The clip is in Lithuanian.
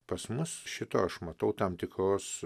pas mus šito aš matau tam tikros